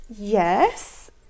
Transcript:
Yes